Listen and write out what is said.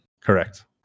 Correct